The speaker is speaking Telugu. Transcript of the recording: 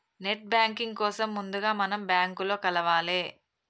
నెట్ బ్యాంకింగ్ కోసం ముందుగా మనం బ్యాంకులో కలవాలే